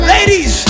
Ladies